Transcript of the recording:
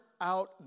out